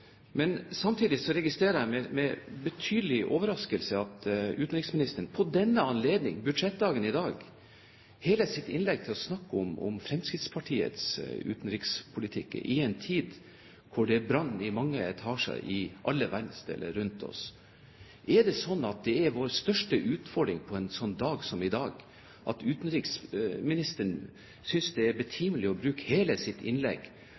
registrerer jeg med betydelig overraskelse at utenriksministeren ved denne anledning, budsjettdagen i dag, bruker hele sitt innlegg til å snakke om Fremskrittspartiets utenrikspolitikk, i en tid da det er brann i mange etasjer i alle verdensdeler rundt oss. Er det sånn at det er vår største utfordring på en dag som i dag, at utenriksministeren synes det er betimelig å bruke hele sitt innlegg